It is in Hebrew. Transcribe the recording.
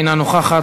אינה נוכחת,